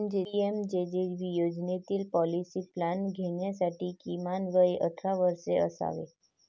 PMJJB योजनेतील policy plan घेण्यासाठी किमान वय अठरा वर्षे असावे